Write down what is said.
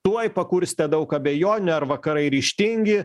tuoj pakurstė daug abejonių ar vakarai ryžtingi